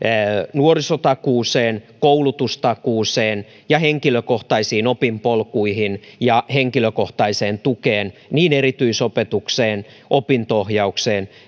nuorisotakuuseen koulutustakuuseen ja henkilökohtaisiin opinpolkuihin ja henkilökohtaiseen tukeen niin erityisopetukseen opinto ohjaukseen